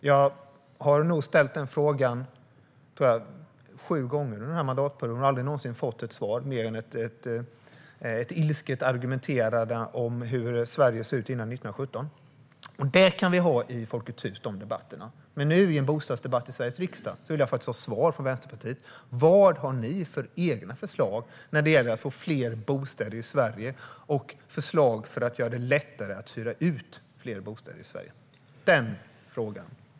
Jag har ställt denna fråga sju gånger under denna mandatperiod men har aldrig fått något svar, mer än ett ilsket argumenterande om hur Sverige såg ut före 1917. Den debatten kan vi ha i Folkets Hus, men nu, i en bostadsdebatt i Sveriges riksdag, vill jag faktiskt ha svar från Vänsterpartiet: Vad har ni för egna förslag när det gäller att få fler bostäder i Sverige och göra det lättare att hyra ut fler bostäder i Sverige?